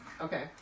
Okay